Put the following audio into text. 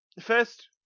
First